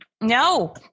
no